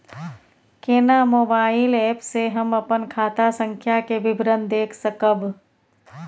केना mobile app से हम अपन खाता संख्या के विवरण देख सकब?